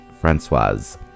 Francoise